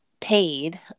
paid